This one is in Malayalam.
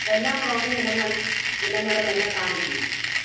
എല്ലാ പ്രോട്ടീൻ ഇനങ്ങൾ ഇനങ്ങളും എന്നെ കാണിക്കൂ